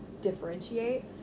differentiate